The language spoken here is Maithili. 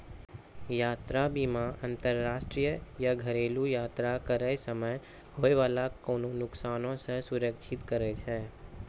यात्रा बीमा अंतरराष्ट्रीय या घरेलु यात्रा करै समय होय बाला कोनो नुकसानो के सुरक्षित करै छै